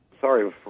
Sorry